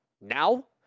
now